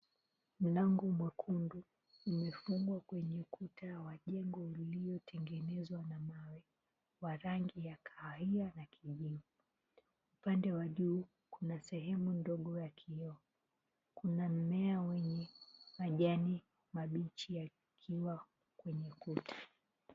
Mlango mwekundu umefungwa kwenye kuta ya jengo uliotengenezwa na mawe wa rangi ya kahawia na kijivu. Upande wa juu kuna sehemu ndogo ya kioo. Kuna mmea wenye majani mabichi yakiwa kwenye kuta.